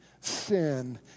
sin